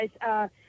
guys